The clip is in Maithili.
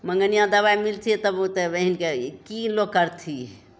मँगनिआँ दवाइ मिलतिए तब ओ तऽ कि लोक करतिए